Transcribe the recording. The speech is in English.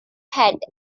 had